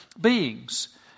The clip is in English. beings